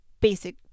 basic